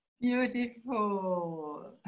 Beautiful